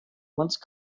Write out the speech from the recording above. once